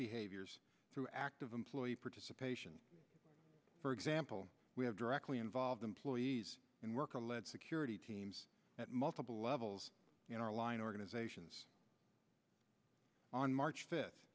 behaviors through active employee participation for example we have directly involved employees and work to lead security teams at multiple levels in our line organizations on march fifth